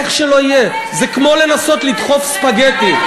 איך שלא יהיה, זה כמו לנסות לדחוף ספגטי.